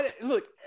Look